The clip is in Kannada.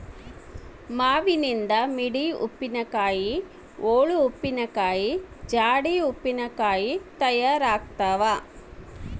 ಮಾವಿನನಿಂದ ಮಿಡಿ ಉಪ್ಪಿನಕಾಯಿ, ಓಳು ಉಪ್ಪಿನಕಾಯಿ, ಜಾಡಿ ಉಪ್ಪಿನಕಾಯಿ ತಯಾರಾಗ್ತಾವ